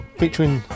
featuring